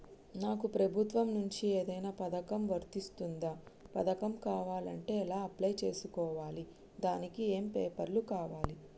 నాకు ప్రభుత్వం నుంచి ఏదైనా పథకం వర్తిస్తుందా? పథకం కావాలంటే ఎలా అప్లై చేసుకోవాలి? దానికి ఏమేం పేపర్లు కావాలి?